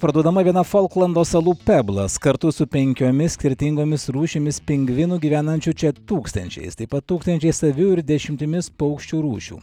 parduodama viena folklando salų peblas kartu su penkiomis skirtingomis rūšimis pingvinų gyvenančių čia tūkstančiais taip pat tūkstančiais avių ir dešimtimis paukščių rūšių